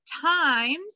times